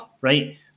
right